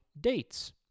dates